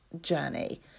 journey